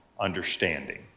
understanding